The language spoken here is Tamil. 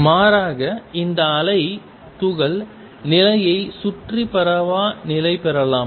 மாறாக இந்த அலை துகள் நிலையைச் சுற்றி பரவா நிலை பெறலாம்